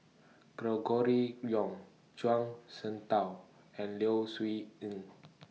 Gregory Yong Zhuang Shengtao and Low Siew Nghee